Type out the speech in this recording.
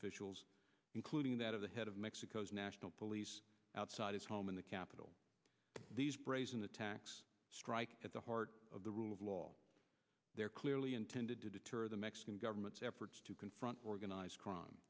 officials including that of the head of mexico's national police outside his home in the capital these brazen attacks strike at the heart of the rule of law they're clearly intended to deter the mexican government's efforts to confront organized crime